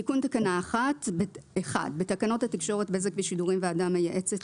"תיקון תקנה 11. בתקנות התקשורת (בזק ושידורים) (ועדה מייעצת),